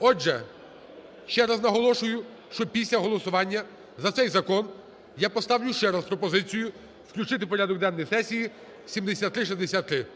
Отже, ще раз наголошую, що після голосування за цей закон я поставлю ще раз пропозицію включити в порядок денний сесії 7363.